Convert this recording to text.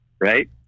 Right